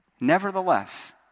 Nevertheless